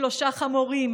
/ שלושה חמורים.